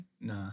Nah